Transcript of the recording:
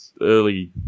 early